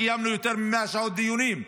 קיימנו יותר מ-100 שעות דיונים,